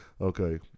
Okay